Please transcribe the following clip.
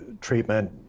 Treatment